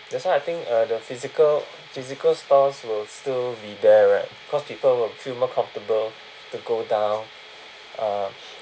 that's why I think uh the physical physical stores will still be there right because people will feel more comfortable to go down uh